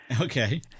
Okay